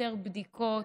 יותר בדיקות,